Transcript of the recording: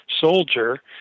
soldier